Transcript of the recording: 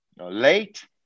Late